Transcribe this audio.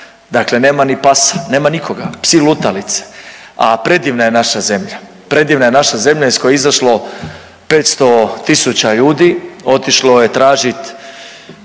dakle nema ni pasa, nema nikoga, psi lutalice. A predivna je naša zemlja, predivna je naša zemlja iz koje je izašlo 500.000 ljudi otišlo je tražit